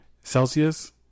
Celsius